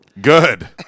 Good